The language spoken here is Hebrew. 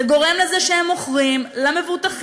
זה גורם לזה שהם מוכרים למבוטחים